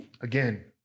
Again